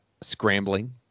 scrambling